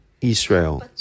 Israel